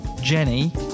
Jenny